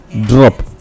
drop